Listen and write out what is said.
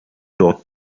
dort